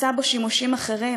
עשה בו שימושים אחרים,